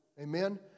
Amen